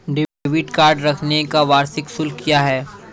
Debit card रखने का वार्षिक शुल्क क्या है?